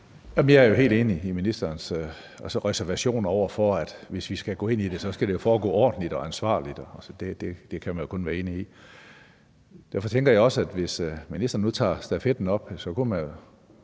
jeg er helt enig i ministerens reservation og i, at hvis vi skal gå ind i det, skal det jo foregå ordentligt og ansvarligt. Det kan man kun være enig i. Derfor tænker jeg også, at hvis ministeren nu tager stafetten op, kunne man